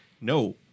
no